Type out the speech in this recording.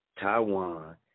Taiwan